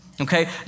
okay